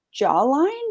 jawline